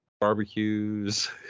Barbecues